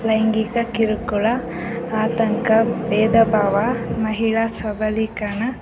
ಲೈಂಗಿಕ ಕಿರುಕುಳ ಆತಂಕ ಭೇದಭಾವ ಮಹಿಳಾ ಸಬಲೀಕರಣ